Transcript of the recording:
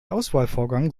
auswahlvorgang